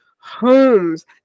homes